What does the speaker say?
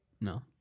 No